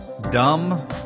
dumb